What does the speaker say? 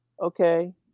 Okay